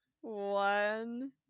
One